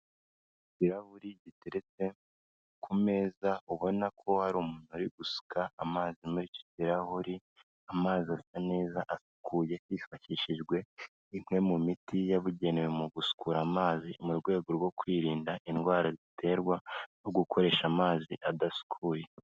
Ikirahuri giteretse ku meza ubona ko hari umuntu uri gusuka amazi muri iki kirahuri, amazi asa neza asukuye hifashishijwe imwe mu miti yabugenewe mu gusu amazi mu rwego rwo kwirinda indwara ziterwa no gukoresha amazi adasukuye.